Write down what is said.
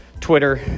Twitter